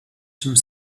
some